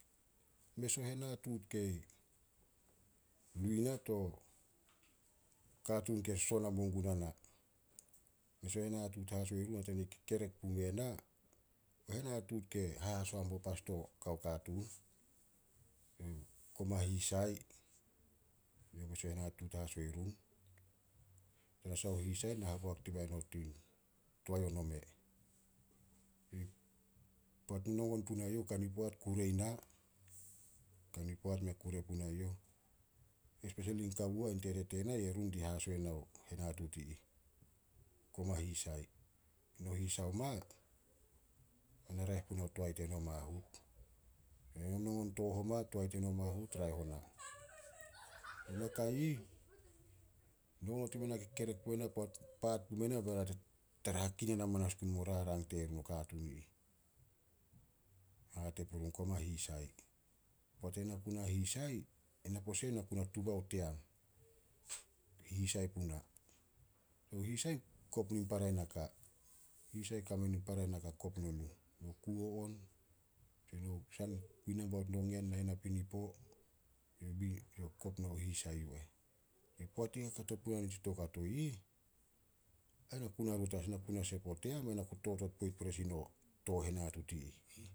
Mes o henatuut kei, nu i na to katuun ke soson hamua guna na. Mes o henatuut haso irun hatania kekerek pume na, o henatuut ke hahaso hambob as dio kao katuun. Koma hisai, yo mes o henatuut haso i run, tanasah o hisai na haboak dibae no toae o nome. Poat nonongon punai youh, kani poat kure i na, kani poat mea kure punai youh. Espesoli kawo ain tete tena, Yerun di haso ye o henatuut i ih. Koma hisai, no hisai oma, mei na raeh punao toae teno mahut. Nongon tooh oma toae teno. not ime na kekerek pume na, poat paat pume bai na tara hakinan amanas gun mo rarang terun o katuun i ih. Hate purun, koma hisai. Poat ena ku na hisai, ena pose na ku na tuba o team. Hisai puna. Hisai kop nin para naka, hisai kame nin para naka kop no nuh. No kuo on, tse no kui nambaot no ngen nahen napinipo, kop no hisai yu eh. Poat kakato puna nitsi toukato ih, ai na ku na rut as. Na ku na sep o team, ai ku totot poit pore sin o tooh henatuut i ih.